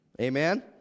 Amen